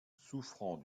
souffrant